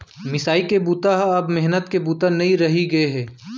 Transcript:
मिसाई के बूता ह अब मेहनत के बूता नइ रहि गे हे